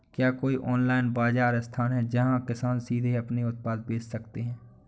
क्या कोई ऑनलाइन बाज़ार स्थान है जहाँ किसान सीधे अपने उत्पाद बेच सकते हैं?